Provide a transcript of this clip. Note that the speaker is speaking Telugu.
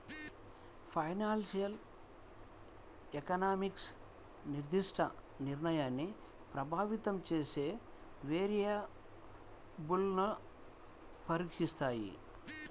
ఫైనాన్షియల్ ఎకనామిక్స్ నిర్దిష్ట నిర్ణయాన్ని ప్రభావితం చేసే వేరియబుల్స్ను పరీక్షిస్తాయి